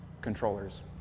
controllers